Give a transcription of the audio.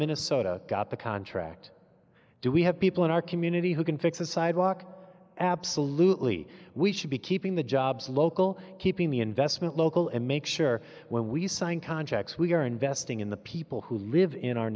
minnesota got the contract do we have people in our community who can fix a sidewalk absolutely we should be keeping the jobs local keeping the investment local and make sure when we sign contracts we are investing in the people who live in our